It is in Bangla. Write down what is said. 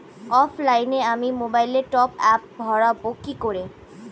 অফলাইনে আমি মোবাইলে টপআপ ভরাবো কি করে?